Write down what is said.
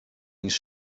niż